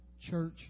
church